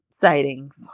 sightings